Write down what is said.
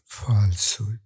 falsehood